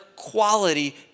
Quality